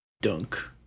dunk